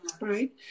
Right